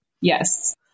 Yes